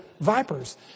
Vipers